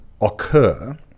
occur